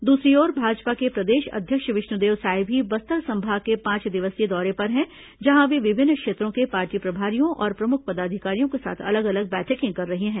दूसरी ओर भाजपा के प्रदेश अध्यक्ष विष्णुदेव साय भी बस्तर संभाग के पांच दिवसीय दौरे पर हैं जहां वे विभिन्न क्षेत्रों के पार्टी प्रभारियों और प्रमुख पदाधिकारियों के साथ अलग अलग बैठकें कर रहे हैं